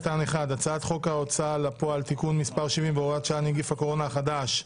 בהצעת חוק ההוצאה לפועל (תיקון מס' 70 והוראת שעה) (נגיף הקורונה החדש),